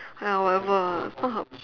!aiya! whatever lah not her